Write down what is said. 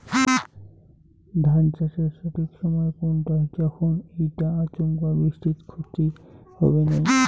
ধান চাষের সঠিক সময় কুনটা যখন এইটা আচমকা বৃষ্টিত ক্ষতি হবে নাই?